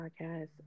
podcast